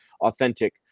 authentic